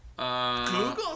Google